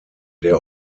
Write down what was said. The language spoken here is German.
der